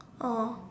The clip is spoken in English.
oh